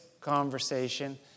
conversation